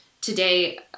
today